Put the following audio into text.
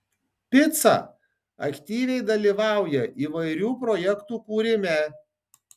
pica aktyviai dalyvauja įvairių projektų kūrime